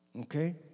Okay